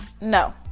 No